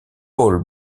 paul